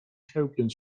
chełpiąc